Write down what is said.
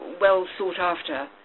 well-sought-after